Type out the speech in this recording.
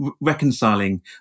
reconciling